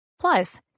Plus